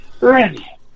Ready